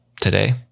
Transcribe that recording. today